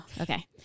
Okay